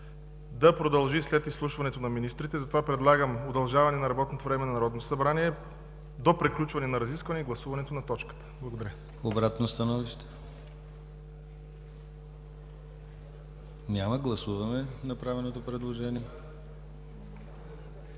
да продължи след изслушването на министрите, затова предлагам удължаване на работното време на Народното събрание до приключване на разискванията и гласуването на точката. Благодаря. ПРЕДСЕДАТЕЛ ДИМИТЪР ГЛАВЧЕВ: Обратно становище? Няма. Гласуваме направеното предложение.